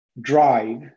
drive